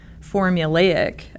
formulaic